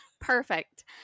Perfect